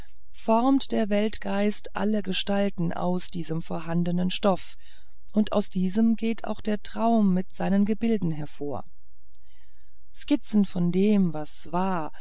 formt der weltgeist alle gestaltungen aus diesem vorhandenen stoff und aus diesem geht auch der traum mit seinen gebilden hervor skizzen von dem was war